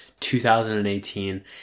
2018